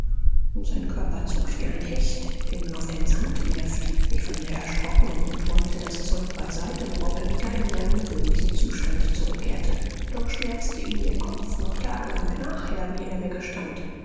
und sein körper zuckt wie ein hecht den man auf den sand wirft ich war sehr erschrocken und räumte das zeug beiseite worauf er wieder in seinen gewöhnlichen zustand zurückkehrte doch schmerzte ihn der kopf noch tagelang nachher wie er mir gestand